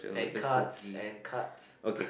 and cards and cards